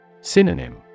Synonym